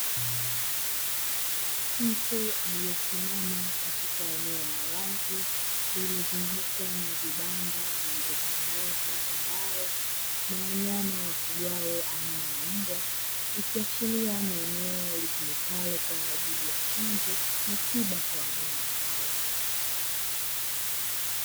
Mtu aliyesimama katika eneo la wazi lilozungukwa na vibanda vinavyotengenezwa kwa mbao na wanyama wafugawo aina ya mbwa ikiashiria ni eneo litumika kwa ajili ya chanjo na tiba kwa wanyama hao.